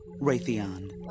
Raytheon